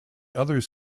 others